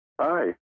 Hi